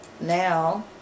Now